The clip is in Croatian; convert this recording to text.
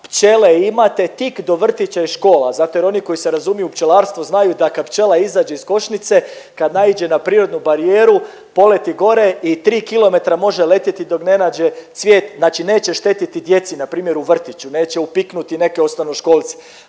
pčele imate tik do vrtića i škola, zato jer oni koji se razumiju u pčelarstvo znaju da kad pčela izađe iz košnice, kad naiđe na prirodnu barijeru poleti gore i tri kilometra može letjeti dok ne nađe cvijet, znači neće štetiti djeci npr. u vrtiću, neće upiknuti neke osnovnoškolce,